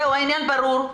העניין ברור.